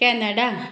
Canada